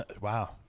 Wow